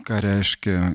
ką reiškia